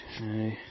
Okay